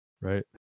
right